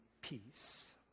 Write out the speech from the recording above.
Peace